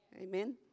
Amen